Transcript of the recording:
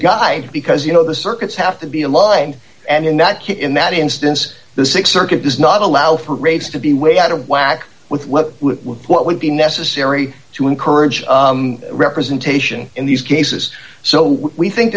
guy because you know the circuits have to be aligned and that kick in that instance the six circuit does not allow for rates to be way out of whack with what what would be necessary to encourage representation in these cases so we think